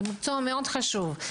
זה מקצוע מאוד חשוב,